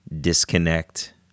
disconnect